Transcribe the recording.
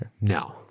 no